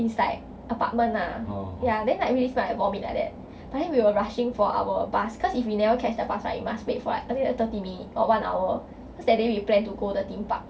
it's like apartment lah ya then like really smell like vomit like that but then we were rushing for our bus cause if we never catch the bus right we must wait for like I think like thirty minutes or one hour cause that day we plan to go the theme park